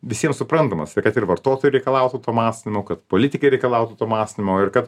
visiems suprantamas tai kad ir vartotojai reikalautų to mąstymo kad politikai reikalautų to mąstymo ir kad